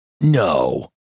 No